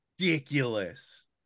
ridiculous